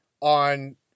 on